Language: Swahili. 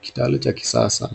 Kitalu cha kisasa,